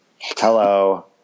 hello